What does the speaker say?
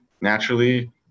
naturally